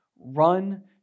run